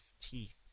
teeth